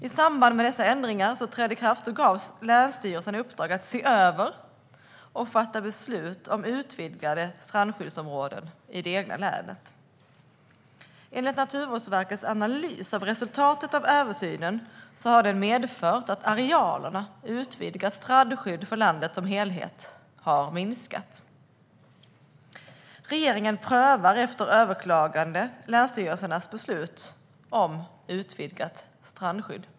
I samband med att dessa ändringar trädde i kraft gavs länsstyrelserna i uppdrag att se över och fatta beslut om utvidgade strandskyddsområden i det egna länet. Enligt Naturvårdsverkets analys av resultatet av översynen har den medfört att arealerna utvidgat strandskydd har minskat för landet som helhet. Regeringen prövar efter överklagande länsstyrelsernas beslut om utvidgat strandskydd.